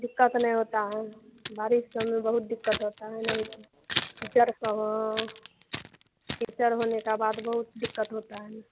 दिक्कत नहीं होता है बारिश समय बहुत दिक्कत होता है नहीं तो कीचड़ का हो कीचड़ होने का बाद बहुत दिक्कत होता है न